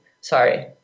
Sorry